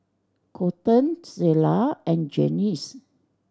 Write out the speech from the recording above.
Colten Zella and Glennis